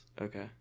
okay